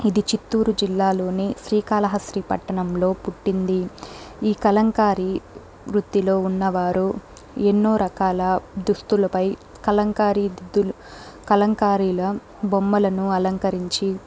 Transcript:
ఇది చిత్తూరు జిల్లాలో శ్రీకాళహస్తి పట్టణంలో పుట్టింది ఈ కలంకారీ వృత్తిలో ఉన్నవారు ఎన్నో రకాల దుస్తులపై కలంకారీ దుద్దు కలంకారీల బొమ్మలను అలంకరించి